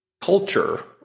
culture